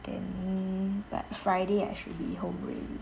then but friday I should be home already